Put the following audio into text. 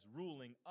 ruling